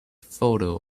photo